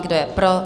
Kdo je pro?